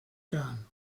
gun